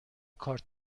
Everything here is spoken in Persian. کارت